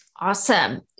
Awesome